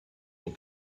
will